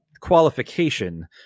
qualification